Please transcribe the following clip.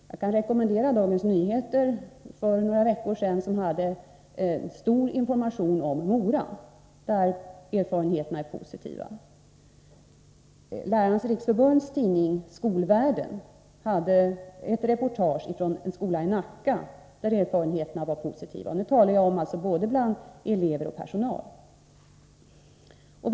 Jag kan rekomendera det nummer av Dagens Nyheter för några veckor sedan som hade stor information om Mora, där erfarenheterna är positiva. Lärarnas riksförbunds tidning Skolvärlden hade ett reportage från en skola i Nacka där erfarenheterna var positiva. Nu talar jag alltså om erfarenheter både bland elever och bland personal.